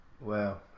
Wow